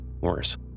worse